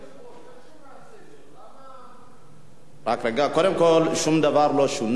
אדוני היושב-ראש, איך שונה